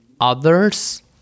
others